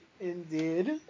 indeed